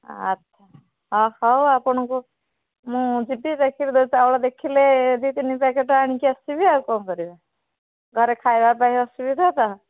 ଆଛା ହେଉ ଆପଣଙ୍କୁ ମୁଁ ଯିବି ଦେଖିବି ଯଦି ଚାଉଳ ଦେଖିଲେ ଦି ତିନି ପ୍ୟାକେଟ୍ ଆଣିକି ଆସିବି ଆଉ କ'ଣ କରିବା ଘରେ ଖାଇବା ପାଇଁ ଅସୁବିଧା ତ